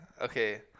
okay